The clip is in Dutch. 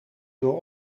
door